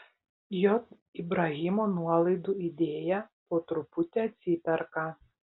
j ibrahimo nuolaidų idėja po truputį atsiperka